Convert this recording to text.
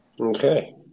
Okay